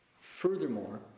Furthermore